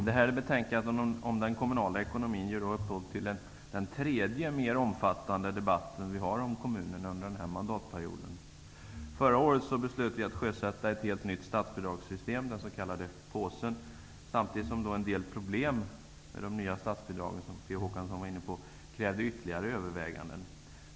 Herr talman! Betänkandet om den kommunala ekonomin ger upphov till den tredje mer omfattande debatten om kommunerna under denna mandatperiod. Förra året beslöt vi att sjösätta ett helt nytt statsbidragssystem, den s.k. påsen, samtidigt som en del problem med de nya statsbidragen krävde ytterligare överväganden. P O Håkansson var inne på det.